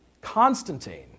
Constantine